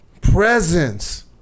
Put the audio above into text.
presence